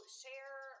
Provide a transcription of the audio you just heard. share